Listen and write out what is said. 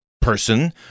person